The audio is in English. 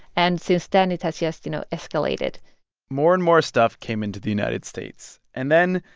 and since then, it has just, you know, escalated more and more stuff came into the united states. and then,